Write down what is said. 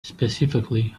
specifically